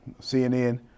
CNN